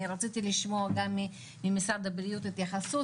אני רציתי לשמוע גם ממשרד הבריאות התייחסות,